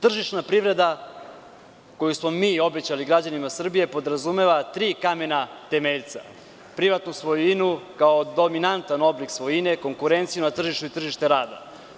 Tržišna privreda koju smo mi obećali građanima Srbije podrazumeva tri kamena temeljca, privatnu svojinu kao dominantan oblik svojine, konkurenciju na tržištu i tržište rada.